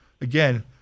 again